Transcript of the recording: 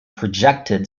projected